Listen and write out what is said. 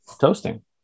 toasting